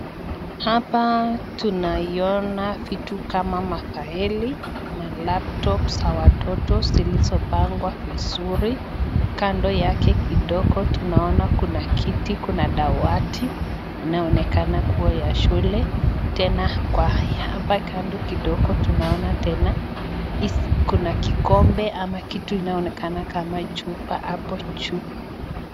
Hapa tunaiona vitu kama mafaili, malaptop za watoto zilizopangwa vizuri. Kando yake kidogo tunaona kuna kiti, kuna dawati inayoonekana kuwa ya shule. Tena hapa kando kidogo tunaona tena kuna kikombe ama kitu inayoonekana kama chupa hapo juu.